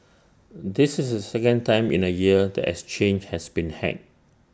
this is second time in A year the exchange has been hacked